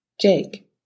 Jake